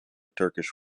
turkish